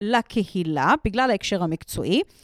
לקהילה בגלל ההקשר המקצועי.